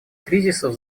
кризисов